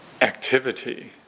activity